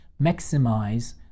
maximize